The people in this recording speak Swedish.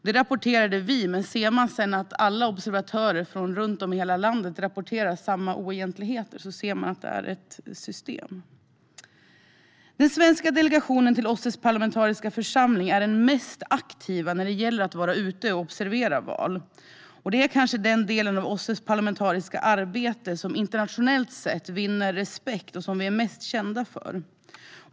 Det rapporterade vi, men då alla rapportörer från hela landet sedan rapporterade samma oegentligheter förstod vi att det är ett system. Den svenska delegationen till OSSE:s parlamentariska församling är den mest aktiva när det gäller att vara ute och observera val. Det är kanske den del av OSSE:s parlamentariska arbete som internationellt sett vinner störst respekt och som vi är mest kända för.